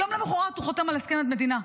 יום למוחרת הוא חותם על הסכם עד מדינה.